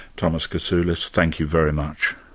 thomas kasulis, thank you very much.